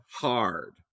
hard